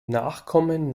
nachkommen